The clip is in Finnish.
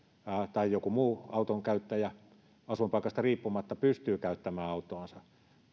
tai muu autonkäyttäjä asuinpaikasta riippumatta pystyy käyttämään autoansa